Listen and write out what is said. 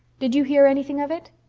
did you hear anything of it?